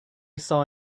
saw